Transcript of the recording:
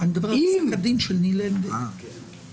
הזה היה בפסיקה במשך שנים והוא לא ידע לעשות את זה.